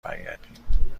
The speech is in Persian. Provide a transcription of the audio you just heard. برگردیم